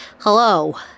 hello